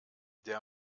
der